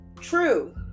true